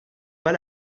pas